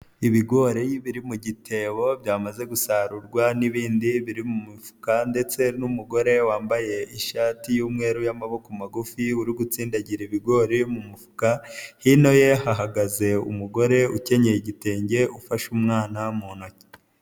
Ibigori biri mu gitebo byamaze gusarurwa n'ibindi biri mu mufuka ndetse n'umugore wambaye ishati y'umweru y'amaboko magufi uri gutsindagira ibigori mu mufuka, hino ye hahagaze umugore ukenyeye igitenge, ufashe umwana mu ntoki.